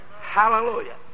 Hallelujah